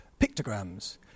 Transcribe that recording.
pictograms